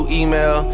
email